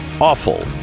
awful